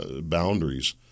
boundaries